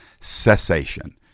cessation